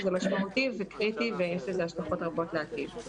זה משמעותי, זה קריטי ויש לזה השלכות רבות לעתיד.